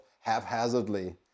haphazardly